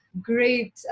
great